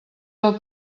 del